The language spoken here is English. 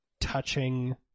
touching